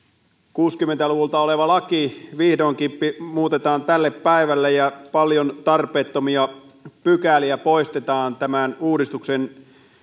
kuusikymmentä luvulta oleva laki vihdoinkin muutetaan tälle päivälle ja paljon tarpeettomia pykäliä poistetaan tämän uudistuksen